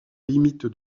limite